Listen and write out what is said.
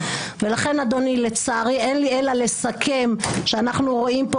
לכן אדוני לצערי אין לי אלא לסכם שאנו רואים פה